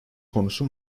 konusu